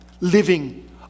living